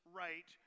right